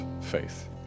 faith